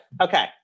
Okay